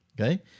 okay